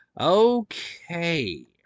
Okay